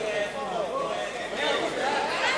ההצעה להסיר מסדר-היום את הצעת חוק הממשלה (תיקון,